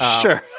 Sure